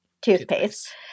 toothpaste